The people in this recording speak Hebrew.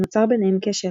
ונוצר ביניהם קשר.